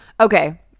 Okay